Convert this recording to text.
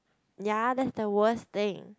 ya that's the worst thing